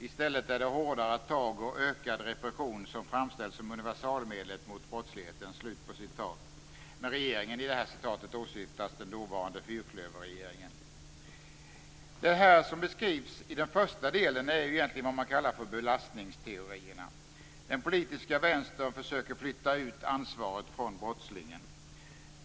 I stället är det hårdare tag och ökad repression som framställs som universalmedlet mot brottsligheten." Med regeringen åsyftas i citatet den dåvarande fyrklöverregeringen. Det som beskrivs i den första delen är egentligen vad man kallar för belastningsteorierna. Den politiska vänstern försöker att flytta ut ansvaret från brottslingen.